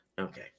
Okay